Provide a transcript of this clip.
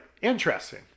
interesting